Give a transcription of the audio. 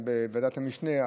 באיזה יום בוועדת המשנה,